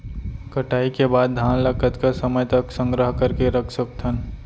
कटाई के बाद धान ला कतका समय तक संग्रह करके रख सकथन?